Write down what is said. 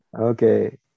Okay